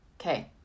okay